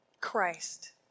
Christ